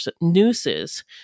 nooses